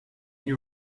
you